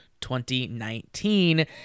2019